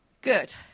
Good